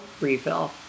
refill